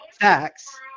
facts